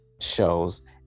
shows